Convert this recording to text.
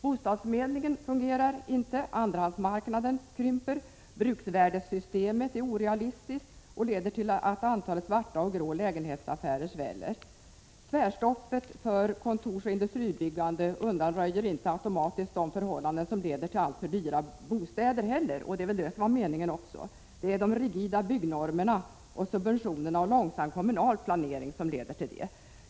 Bostadsförmedlingen fungerar inte, andrahandsmarknaden krymper, bruksvärdessystemet är orealistiskt och leder till att antalet svarta och grå lägenhetsaffärer sväller. Tvärstoppet för kontorsoch industribyggande undanröjer inte automatiskt de förhållanden som leder till alltför dyra bostäder, som väl var meningen. Det är de rigida byggnormerna, subventionerna och långsam kommunal planering som leder till det.